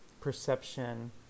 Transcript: perception